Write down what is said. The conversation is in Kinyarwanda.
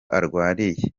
arwariye